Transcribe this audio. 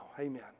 Amen